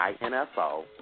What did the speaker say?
I-N-F-O